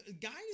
guys